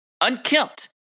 Unkempt